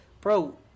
bro